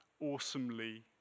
awesomely